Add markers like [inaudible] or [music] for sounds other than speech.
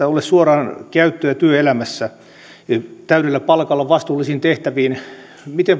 suoraan käyttöä työelämässä täydellä palkalla vastuullisiin tehtäviin miten [unintelligible]